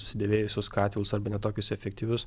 susidėvėjusius katilus arba ne tokius efektyvius